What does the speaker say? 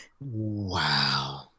Wow